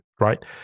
Right